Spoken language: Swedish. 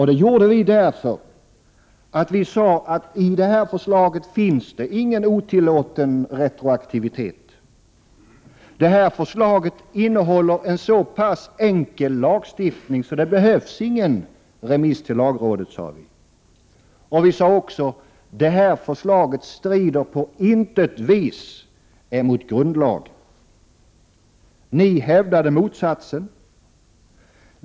Det gjorde vi därför att det i det här förslaget inte finns någon otillåten retroaktivitet. Det här förslaget innehåller en så enkel lagstiftning att det inte behövs någon remiss till lagrådet, sade vi. Vi sade också att förslaget på intet vis strider mot grundlagen. Ni hävdade motsatsen.